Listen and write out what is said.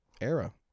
era